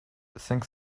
cinq